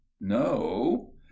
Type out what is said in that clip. No